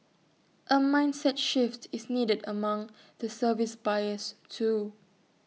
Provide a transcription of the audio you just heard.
A mindset shift is needed among the service buyers too